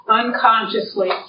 unconsciously